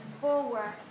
forward